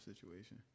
situation